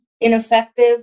ineffective